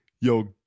Yo